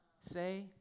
say